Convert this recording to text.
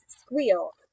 squeal